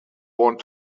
want